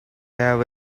have